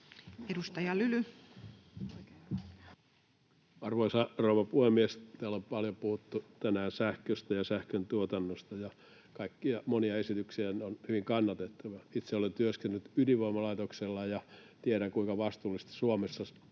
Edustaja Lyly. Arvoisa rouva puhemies! Täällä on paljon puhuttu tänään sähköstä ja sähköntuotannosta, ja ollut kaikkia monia esityksiä, ja ne ovat hyvin kannatettavia. Itse olen työskennellyt ydinvoimalaitoksella ja tiedän, kuinka vastuullisesti Suomessa